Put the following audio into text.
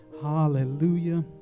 Hallelujah